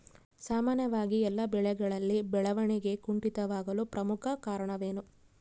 ಸಾಮಾನ್ಯವಾಗಿ ಎಲ್ಲ ಬೆಳೆಗಳಲ್ಲಿ ಬೆಳವಣಿಗೆ ಕುಂಠಿತವಾಗಲು ಪ್ರಮುಖ ಕಾರಣವೇನು?